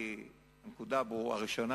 כי הנקודה הראשונה,